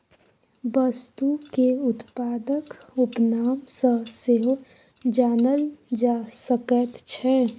वस्तुकेँ उत्पादक उपनाम सँ सेहो जानल जा सकैत छै